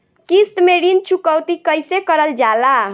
किश्त में ऋण चुकौती कईसे करल जाला?